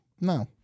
No